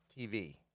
TV